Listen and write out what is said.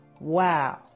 Wow